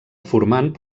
formant